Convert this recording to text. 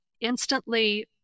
instantly